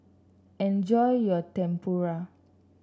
enjoy your Tempura